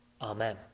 Amen